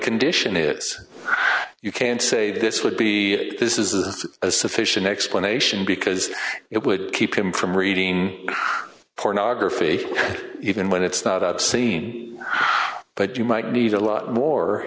condition is you can't say this would be this is a sufficient explanation because it would keep him from reading pornography even when it's not obscene but you might need a lot more